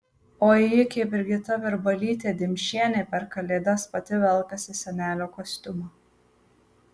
o ėjikė brigita virbalytė dimšienė per kalėdas pati velkasi senelio kostiumą